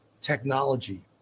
technology